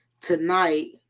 tonight